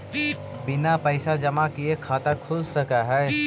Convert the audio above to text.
बिना पैसा जमा किए खाता खुल सक है?